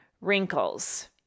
wrinkles